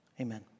Amen